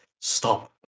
stop